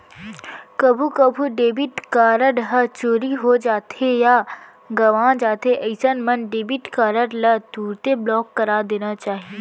कभू कभू debit card ह चोरी हो जाथे या गवॉं जाथे अइसन मन डेबिट कारड ल तुरते ब्लॉक करा देना चाही